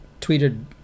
tweeted